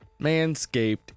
Manscaped